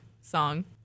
song